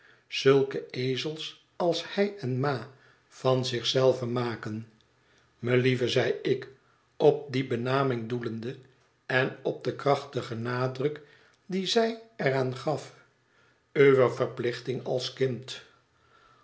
zulke ezels als hij en ma van zich zelven maken melieve zeide ik op die benaming doelende en op den krachtigen nadruk dien zij er aan gaf uwe verplichting als kind